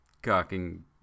Cocking